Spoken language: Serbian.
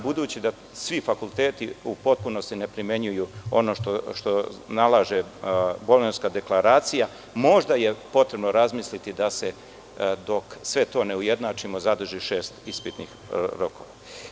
Budući da svi fakulteti u potpunosti ne primenjuju ono što nalaže Bolonjska deklaracija možda je potrebno razmisliti da se dok sve to ne ujednačimo zadrži šest ispitnih rokova.